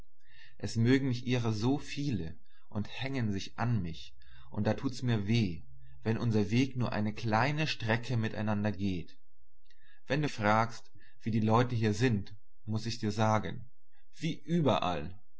es mögen mich ihrer so viele und hängen sich an mich und da tut mir's weh wenn unser weg nur eine kleine strecke miteinander geht wenn du fragst wie die leute hier sind muß ich dir sagen wie überall